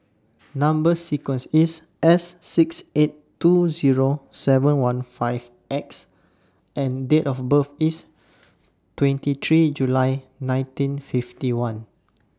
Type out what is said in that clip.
Number sequence IS S six eight two Zero seven one five X and Date of birth IS twenty three July nineteen fifty one